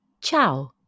Ciao